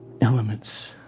elements